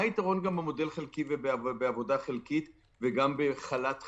מה היתרון במודל חלקי ובעבודה חלקית וגם בחל"ת חלקי?